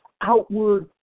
outward